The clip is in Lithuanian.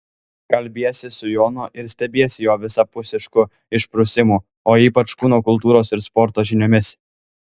kalbiesi su jonu ir stebiesi jo visapusišku išprusimu o ypač kūno kultūros ir sporto žiniomis